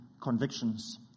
convictions